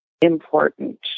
important